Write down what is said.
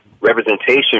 representation